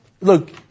look